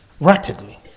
rapidly